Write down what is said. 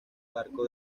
barco